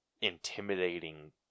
intimidating